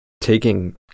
taking